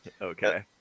Okay